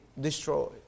destroyed